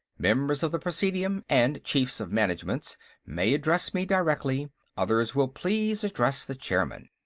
members of the presidium and chiefs of managements may address me directly others will please address the chairman.